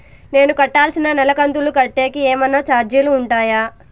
నేను కట్టాల్సిన నెల కంతులు కట్టేకి ఏమన్నా చార్జీలు ఉంటాయా?